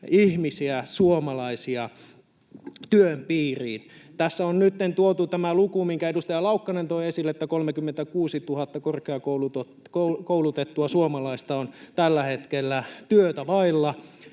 ihmisiä, suomalaisia työn piiriin. Tässä on nytten tuotu esiin tämä luku, minkä edustaja Laukkanen toi esille, että 36 000 korkeakoulutettua suomalaista on tällä hetkellä työtä vailla.